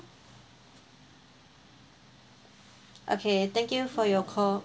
okay thank you for your call